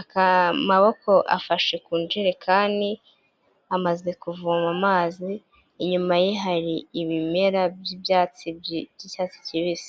amaboko afashe kunjerekani amaze kuvoma amazi, inyuma ye hari ibimera by'ibyatsi by'icyatsi kibisi.